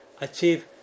achieve